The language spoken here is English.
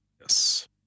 yes